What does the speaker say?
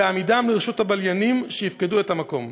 להעמידם לרשות הבליינים שיפקדו את המקום,